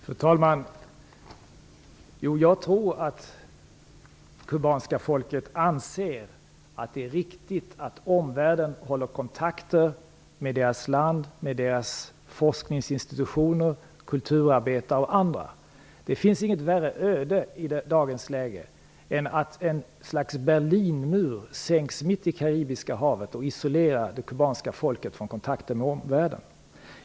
Fru talman! Jag tror att det kubanska folket anser att det är riktigt att omvärlden håller kontakt med deras land, med deras forskningsinstitutioner, kulturarbetare och andra. Det finns inget värre öde i dagens läge än att ett slags Berlinmur sänks mitt i Karibiska havet och isolerar det kubanska folket från kontakter med omvärlden.